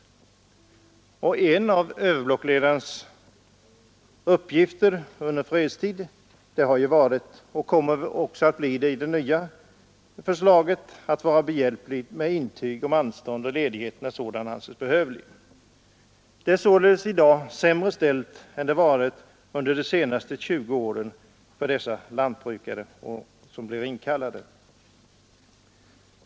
En överblockledare har bl.a. haft till uppgift under fredstid — och så kommer det också att bli enligt de nya bestämmelserna — att vara behjälplig med intyg om anstånd och ledighet när sådana anses behövliga. Det är således i dag sämre ställt än det varit under de senaste 20 åren för dessa lantbrukare som blir inkallade.